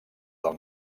del